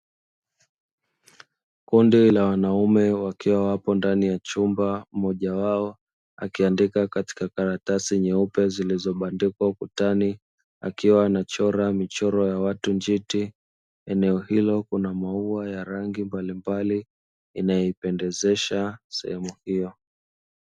Kundi la wanaume wakiwa wapo ndani ya chumba, mmoja wao akiandika katika karatasi nyeupe zilizobandikwa ukutani, akiwa anachora michoro ya watu njiti. Eneo hilo kunamaua ya rangi mbalimbali, inayoipendezesha sehemu hiyo.